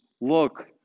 look